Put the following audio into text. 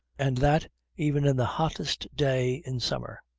and that even in the hottest day in summer.